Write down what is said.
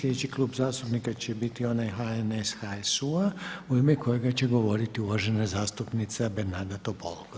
Sljedeći klub zastupnika će biti onaj HNS-HSU-a u ime kojega će govoriti uvažena zastupnica Bernarda Topolko.